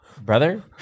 Brother